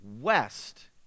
west